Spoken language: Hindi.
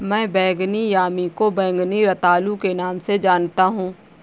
मैं बैंगनी यामी को बैंगनी रतालू के नाम से जानता हूं